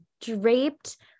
draped